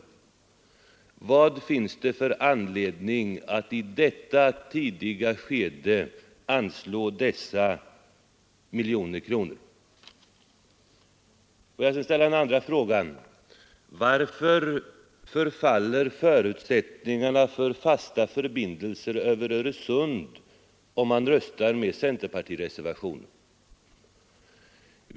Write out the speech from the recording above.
Vad finns det för anledning att i detta tidiga skede anslå dessa miljoner? Jag skall ställa en andra fråga: Varför faller förutsättningarna för fasta förbindelser över Öresund om man röstar med centerpartireservationen?